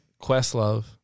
Questlove